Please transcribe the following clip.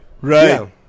right